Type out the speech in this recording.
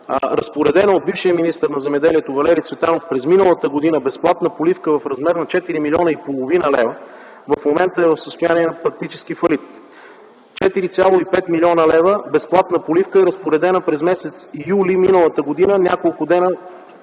разпоредена от бившия министър на земеделието Валери Цветанов през миналата година безплатна поливка в размер на 4,5 млн. лв., в момента е в състояние на практически фалит. 4,5 млн. лв. безплатна поливка е разпоредена през м. юни миналата година, няколко дни